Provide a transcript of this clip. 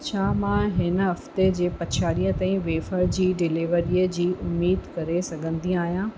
छा मां हिन हफ़्ते जी पछाड़ीअ ताईं वेफर जी डिलीवरीअ जी उमीद करे सघंदी आहियां